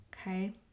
Okay